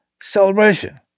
Celebration